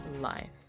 life